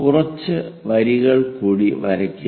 കുറച്ച് വരികൾ കൂടി വരയ്ക്കുക